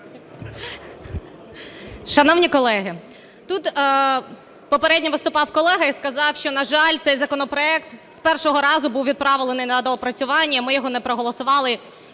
Шановні колеги! Тут попередньо виступав колега і сказав, що, на жаль, цей законопроект з першого разу був відправлений на доопрацювання і ми його не проголосували